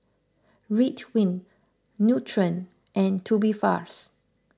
Ridwind Nutren and Tubifast